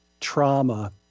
trauma